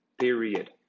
period